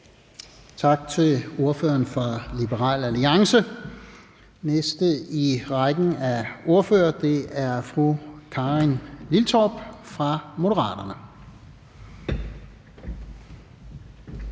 Tak til ordføreren fra Liberal Alliance. Den næste i rækken af ordførere er fru Karin Liltorp fra Moderaterne.